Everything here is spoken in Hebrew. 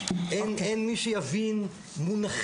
אין מי שיבין מונחים.